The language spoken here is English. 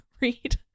read